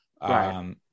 Right